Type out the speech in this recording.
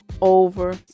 over